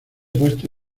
puesto